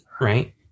right